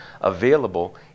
available